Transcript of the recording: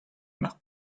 mar